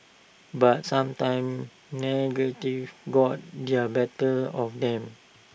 but sometimes negative got their better of them